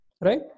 right